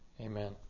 Amen